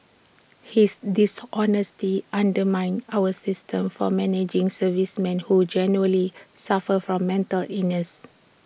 his dishonesty undermines our system for managing servicemen who genuinely suffer from mental illness